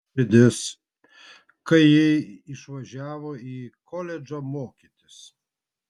man plyšo širdis kai ji išvažiavo į koledžą mokytis